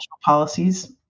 policies